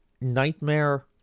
Nightmare